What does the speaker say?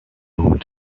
would